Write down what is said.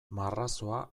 marrazoa